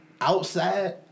outside